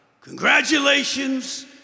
Congratulations